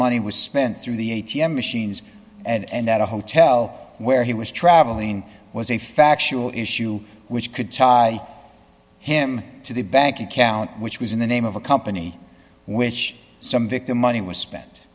money was spent through the a t m machines and that the hotel where he was traveling was a factual issue which could tie him to the bank account which was in the name of a company which some victim money was spent